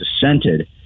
dissented